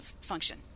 function